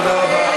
תודה רבה.